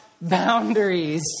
boundaries